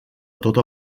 tota